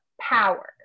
power